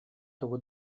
тугу